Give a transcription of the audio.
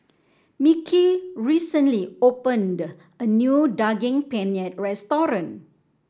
Mickie recently opened a new Daging Penyet Restaurant